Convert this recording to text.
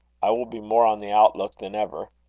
i will be more on the outlook than ever.